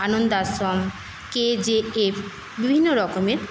আনন্দ Ashram KGF বিভিন্নরকমের